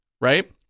right